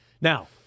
Now